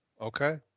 Okay